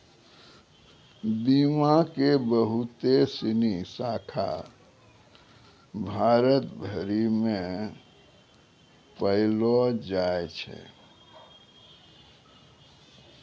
बीमा के बहुते सिनी शाखा भारत भरि मे पायलो जाय छै